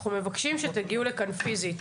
אנחנו מבקשים שתגיעו לכאן פיזית,